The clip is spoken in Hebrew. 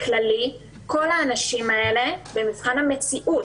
כל האנשים האלה במבחן המציאות,